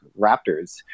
Raptors